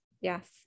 Yes